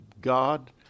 God